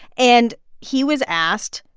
and he was asked.